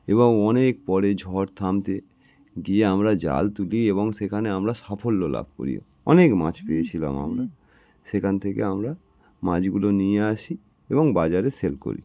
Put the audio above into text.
এবং অনেক পরে ঝড় থামতে গিয়ে আমরা জাল তুলি এবং সেখানে আমরা সাফল্য লাভ করি অনেক মাছ পেয়েছিলাম আমরা সেখান থেকে আমরা মাছগুলো নিয়ে আসি এবং বাজারে সেল করি